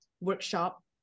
workshop